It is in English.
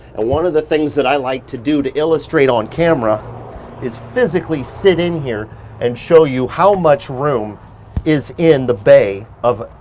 ah one of the things that i like to do to illustrate on camera is physically sit in here and show you how much room is in the bay of.